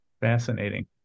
Fascinating